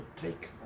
take